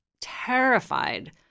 terrified